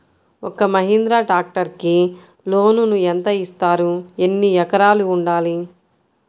ఒక్క మహీంద్రా ట్రాక్టర్కి లోనును యెంత ఇస్తారు? ఎన్ని ఎకరాలు ఉండాలి?